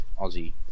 Aussie